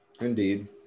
Indeed